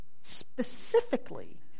specifically